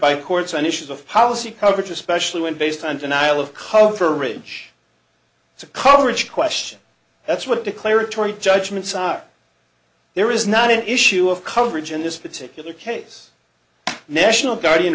by courts on issues of policy coverage especially when based on denial of coverage it's a coverage question that's what declaratory judgments are there is not an issue of coverage in this particular case national guardian